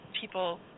people